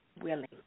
willing